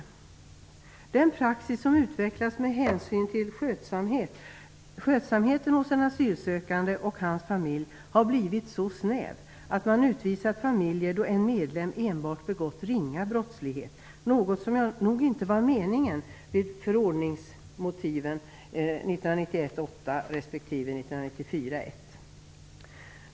Den praxis som utvecklats med hänsyn till skötsamhet hos den asylsökande och hans familj har blivit så snäv att man utvisat familjer då en medlem enbart begått ringa brott, något som inte var meningen med förordningsmotiven 1991:8 respektive 1994:1.